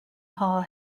hall